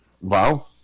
Wow